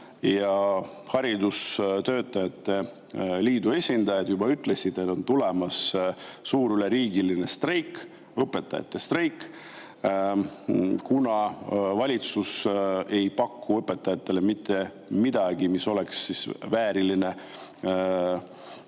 ja haridustöötajate liidu esindajad juba ütlesid, et on tulemas suur, üleriigiline õpetajate streik, kuna valitsus ei paku õpetajatele mitte midagi, mis oleks selle vääriline,